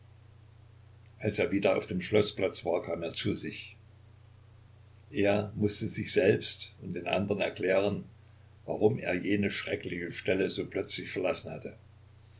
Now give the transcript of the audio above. als er wieder auf dem schloßplatz war kam er zu sich er mußte sich selbst und den andern erklären warum er jene schreckliche stelle so plötzlich verlassen hatte